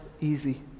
easy